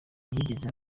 ntiyigeze